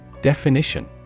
Definition